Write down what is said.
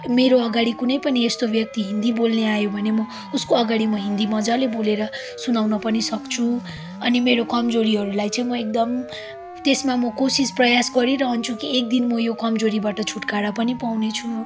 मेरो अगाडि कुनै पनि यस्तो व्यक्ति हिन्दी बोल्ने आयो भने म उसको अगाडि म हिन्दी मजाले बोलेर सुनाउन पनि सक्छु अनि मेरो कमजोरीहरूलाई चाहिँ म एकदम त्यसमा म कोसिस प्रयास गरिरहन्छु कि एक दिन म यो कमजोरीबाट छुटकारा पनि पाउनेछु